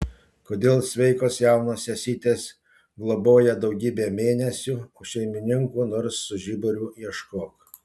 kodėl sveikos jaunos sesytės globoje daugybę mėnesių o šeimininkų nors su žiburiu ieškok